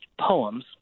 poems